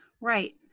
Right